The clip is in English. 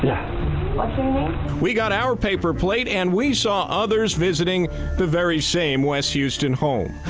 like we got our paper plate and we saw others visiting the very same west houston home.